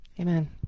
amen